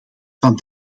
van